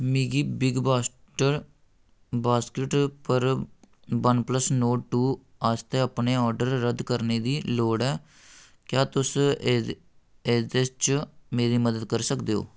मिगी Big bast Basket पर One Plus Note two आस्तै अपना ऑर्डर रद्द करने दी लोड़ ऐ क्या तुस एह्दे च मेरी मदद करी सकदे ओ